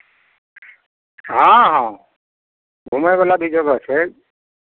हँ हँ घूमयवला भी जगह छै